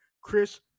chris